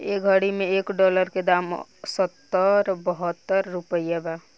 ए घड़ी मे एक डॉलर के दाम सत्तर बहतर रुपइया बा